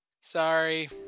Sorry